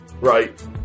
right